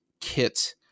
kit